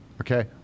okay